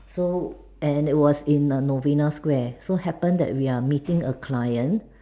so and it was in err Novena square so happen that we are meeting a client